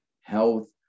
health